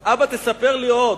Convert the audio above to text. תספר לי עוד,